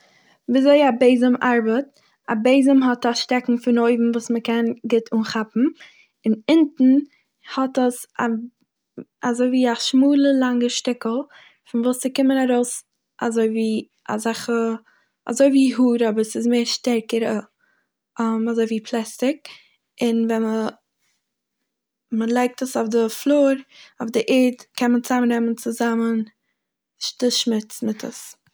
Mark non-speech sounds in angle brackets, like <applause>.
וויזוי א בעזעם ארבעט, א בעזעם האט א שטעקן פון אויבן וואס מ'קען גוט אנכאפן און אינטן האט עס א אזויווי א שמאלע לאנגע שטיקל פון וואס ס'קומען ארויס אזויווי אזעלכע אזויווי האר אבער ס'איז מער שטערקערע <hesitation> אזויווי פלעסטיק, און ווען מ'- מ'לייגט עס אויף די פלאר- אויף די ערד קען מען צאמנעמען צוזאמען ש- די שמוץ מיט עס.